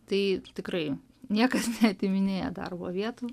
tai tikrai niekas neatiminėja darbo vietų